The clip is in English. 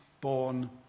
born